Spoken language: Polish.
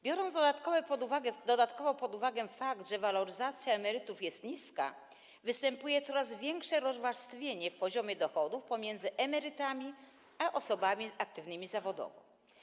Biorąc dodatkowo pod uwagę fakt, że waloryzacja emerytur jest niska, występuje coraz większe rozwarstwienie w poziomie dochodów pomiędzy emerytami a osobami aktywnymi zawodowo.